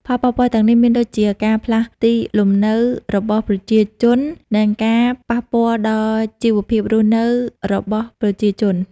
ផលប៉ះពាល់ទាំងនេះមានដូចជា ការផ្លាស់ទីលំនៅរបស់ប្រជាជន និងការប៉ះពាល់ដល់ជីវភាពរស់នៅរបស់ប្រជាជន។